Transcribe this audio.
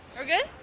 ok.